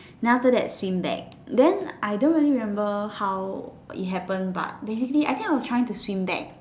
then after that swim back then I don't really remember how but it happen but basically I think I was trying to swim back